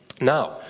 Now